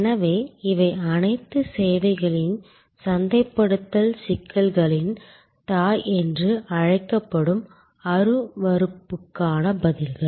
எனவே இவை அனைத்து சேவைகளின் சந்தைப்படுத்தல் சிக்கல்களின் தாய் என்று அழைக்கப்படும் அருவருப்புக்கான பதில்கள்